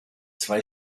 zwei